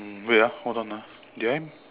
um wait ah hold on ah did I